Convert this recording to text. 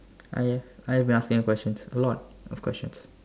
I have I have been asking you questions a lot of questions